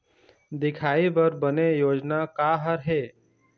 दिखाही बर बने योजना का हर हे?